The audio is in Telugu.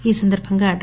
ఈ సందర్బంగా డా